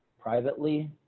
privately